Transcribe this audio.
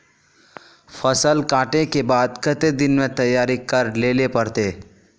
फसल कांटे के बाद कते दिन में तैयारी कर लेले पड़ते?